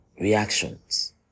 reactions